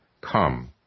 come